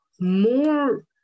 more